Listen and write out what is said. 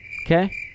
Okay